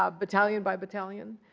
ah battalion by battalion.